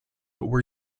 were